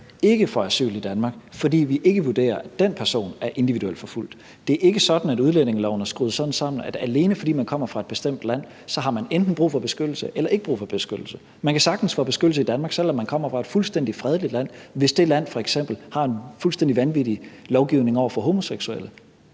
ikke får asyl i Danmark, fordi vi ikke vurderer, at den person er individuelt forfulgt. Udlændingeloven er ikke skruet sådan sammen, at man, alene fordi man kommer fra et bestemt land, så enten har brug for beskyttelse eller ikke har brug for beskyttelse, og man kan sagtens få beskyttelse i Danmark, selv om man kommer fra et fuldstændig fredeligt land, hvis det land f.eks. har en fuldstændig vanvittig lovgivning over for homoseksuelle